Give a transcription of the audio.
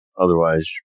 otherwise